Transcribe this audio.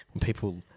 people